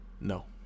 No